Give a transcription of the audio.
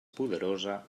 poderosa